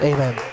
Amen